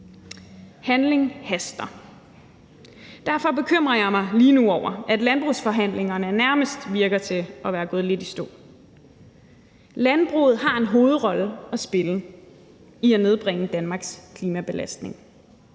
handling. Derfor bekymrer jeg mig lige nu over, at landbrugsforhandlingerne nærmest virker til at være gået i stå. Landbruget har en hovedrolle at spille i at nedbringe Danmarks klimabelastning.